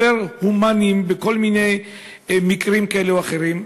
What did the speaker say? אובר-הומניים בכל מיני מקרים כאלה או אחרים,